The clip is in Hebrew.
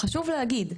וחשוב להגיד,